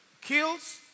kills